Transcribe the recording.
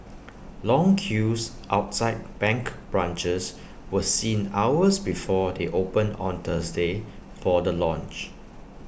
long queues outside bank branches were seen hours before they opened on Thursday for the launch